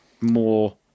more